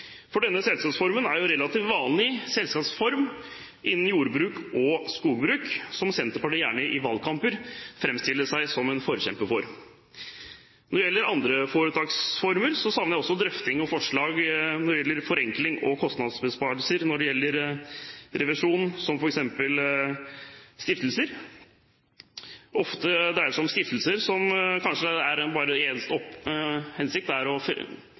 Venstre. Denne selskapsformen er jo relativt vanlig innen jordbruk og skogbruk, og noe Senterpartiet i valgkamper gjerne fremstiller seg som en forkjemper for. Når det gjelder andre foretaksformer, savner jeg drøfting og forslag om forenkling og kostnadsbesparelser med hensyn til revisjon. Jeg tenker f.eks. på stiftelser. Ofte dreier det seg om stiftelser som har som formål å ivareta og rehabilitere fredede bygninger. Frivillige har kanskje nedlagt flere tusen arbeidstimer uten å